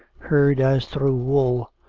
heard as through wool,